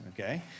okay